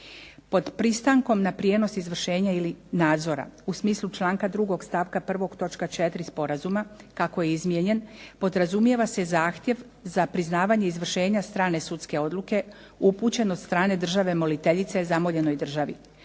pod pristankom na prijenos izvršenja ili nadzora u smislu čl. 2. st. 1. točka 4. sporazuma kako je izmijenjen podrazumijeva se zahtjev za priznavanje izvršenja strane sudske odluke upućen od strane države moliteljice zamoljenoj državi.